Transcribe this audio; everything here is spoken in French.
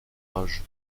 âges